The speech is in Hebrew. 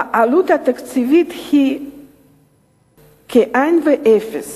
העלות התקציבית היא כאין וכאפס